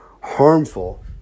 harmful